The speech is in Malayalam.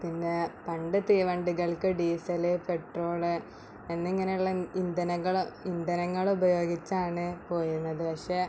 പിന്നേ പണ്ട് തീവണ്ടികൾക്ക് ഡീസല് പെട്രോള് എന്നിങ്ങനെയുള്ള ഇന്ധനങ്ങള് ഇന്ധനങ്ങളുപയോഗിച്ചാണ് പോയിരുന്നത് പക്ഷേ